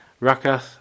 Rakath